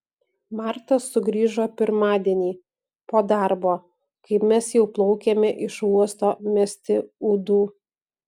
marta sugrįžo pirmadienį po darbo kai mes jau plaukėme iš uosto mesti ūdų